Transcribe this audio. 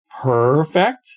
perfect